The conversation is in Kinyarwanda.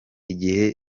igihe